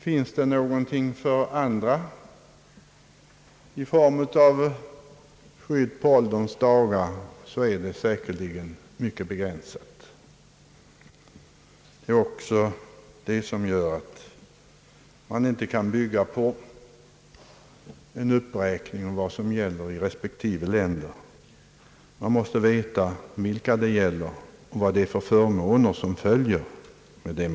Finns det någonting för andra i form av skydd på ålderns dagar, så är det säkerligen mycket begränsat. Det gör att man inte kan bygga på en uppräkning om vilken pensionsålder som gäller i respektive länder. Man måste också veta vilka den gäller och vilka förmåner som följer med den.